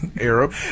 Arab